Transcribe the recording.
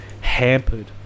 Hampered